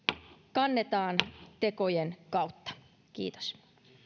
kannetaan tekojen kautta kiitos